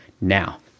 now